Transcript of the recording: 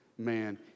man